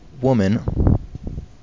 woman